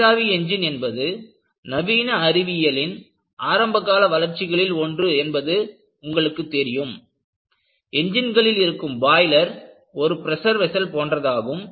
நீராவி எஞ்சின் என்பது நவீன அறிவியலின் ஆரம்பகால வளர்ச்சிகளில் ஒன்று என்பது உங்களுக்குத் தெரியும் என்ஜின்களிள் இருக்கும் பாய்லர் ஒரு பிரஷர் வெஸ்ஸல் போன்றதாகும்